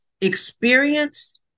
experience